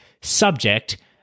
subject